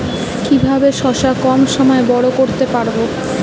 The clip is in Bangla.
কিভাবে শশা কম সময়ে বড় করতে পারব?